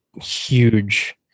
huge